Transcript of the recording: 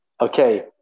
Okay